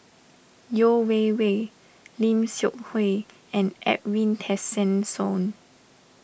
Yeo Wei Wei Lim Seok Hui and Edwin Tessensohn